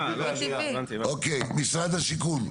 אוקיי, משרד השיכון.